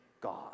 God